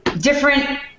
different